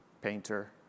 painter